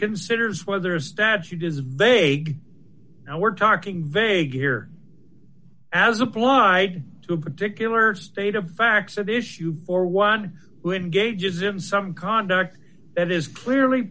considers whether a statute is vague now we're talking vague here as applied to a particular state of facts at issue or one who engages in some conduct that is clearly